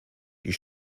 die